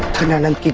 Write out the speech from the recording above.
dhananand